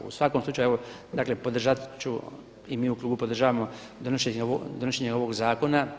U svakom slučaju podržat ću, i mi u klubu podržavamo, donošenje ovog zakona.